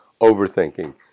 overthinking